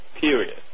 period